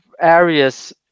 areas